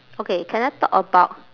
okay can I talk about